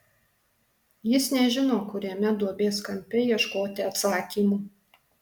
jis nežino kuriame duobės kampe ieškoti atsakymų